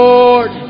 Lord